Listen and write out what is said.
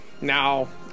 now